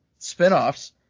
spinoffs